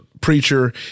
preacher